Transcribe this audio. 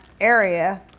area